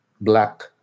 black